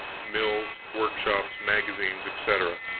mills, workshops, magazines, etc,